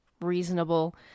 reasonable